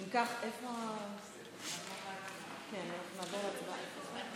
אם כך, נעבור להצבעה.